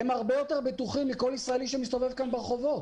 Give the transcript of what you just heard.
הם הרבה יותר בטוחים מכל ישראלי שמסתובב פה ברחובות.